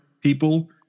people